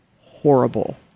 horrible